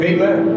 Amen